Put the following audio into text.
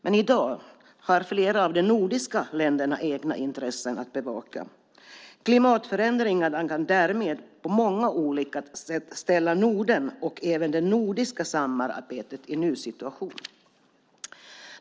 Men i dag har flera av de nordiska länderna egna intressen att bevaka. Klimatförändringarna kan därmed på många olika sätt ställa Norden och även det nordiska samarbetet i en ny situation.